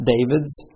David's